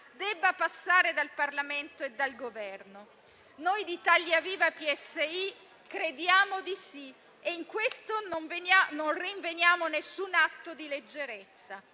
debba passare dal Parlamento e dal Governo. Noi di Italia Viva-PSI crediamo di sì e in questo non rinveniamo alcun atto di leggerezza.